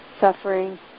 suffering